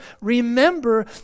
remember